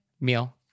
meal